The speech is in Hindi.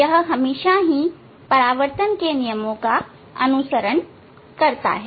यह हमेशा परावर्तन के नियमों का अनुसरण करता है